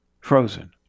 frozen